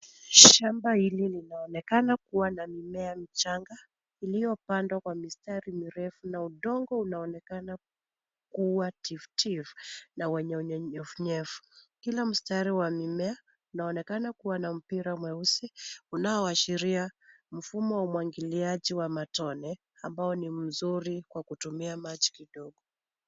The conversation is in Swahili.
Shamba hili linaonekana kuwa na mimea michanga iliopandwa kwa mistari mirefu na udongo unaonekana kuwa tifutifu na wenye unyevunyevu. Kila mstari wa mimea unaonekana kuwa na mpira mweusi unaoashiria mfumo wa umwagiliaji wa matone ambao ni mzuri wa kutumia maji kidogo.